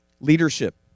leadership